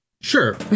sure